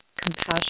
Compassion